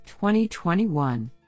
2021